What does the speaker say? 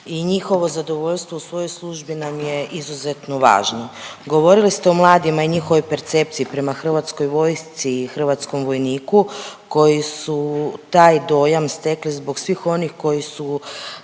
njihovo zadovoljstvo u svojoj službi nam je izuzetno važno. Govorili ste o mladima i njihovoj percepciji prema HV-u i hrvatskom vojniku koji su taj dojam stekli zbog svih onih koji su